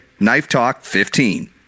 KnifeTalk15